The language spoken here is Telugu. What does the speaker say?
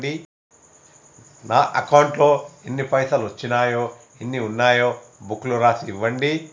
నా అకౌంట్లో ఎన్ని పైసలు వచ్చినాయో ఎన్ని ఉన్నాయో బుక్ లో రాసి ఇవ్వండి?